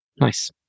Nice